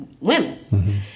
women